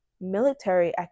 military